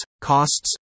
costs